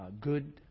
good